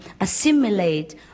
assimilate